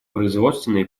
производственные